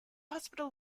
hospital